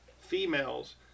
females